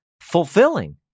fulfilling